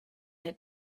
had